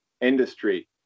industry